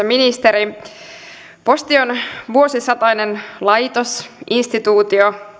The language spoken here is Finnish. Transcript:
ministeri posti on vuosisatainen laitos instituutio